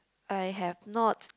I have not